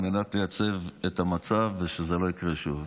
על מנת לייצב את המצב כדי שזה לא יקרה שוב.